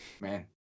Man